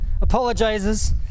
apologizes